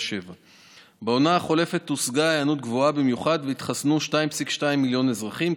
ובעונה החולפת הושגה היענות גבוהה במיוחד והתחסנו 2.2 מיליון אזרחים,